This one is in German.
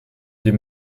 dem